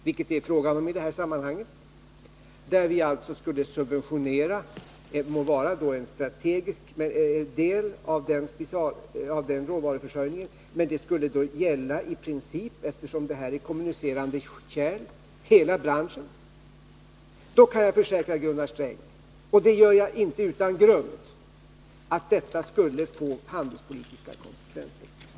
Vi skulle alltså subventionera en strategisk del av råvaruförsörjningen, men det skulle i princip, eftersom det rör sig om kommunicerande kärl, gälla hela branschen. Då kan jag försäkra Gunnar Sträng — och det gör jag inte utan grund — att detta skulle få handelspolitiska konsekvenser.